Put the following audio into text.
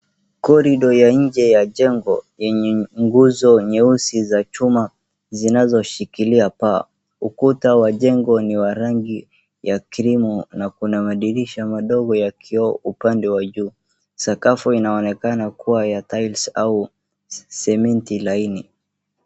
corridor ya nje ya jengo yenye nguzo nyeusi za chuma zinazoshikilia paa. Ukuta wa jengo ni wa rangi ya cream na kuna madirisha madogo ya kioo upande wa juu. Sakafu inaonekana ikiwa ya tiles au cement laini.